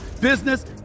business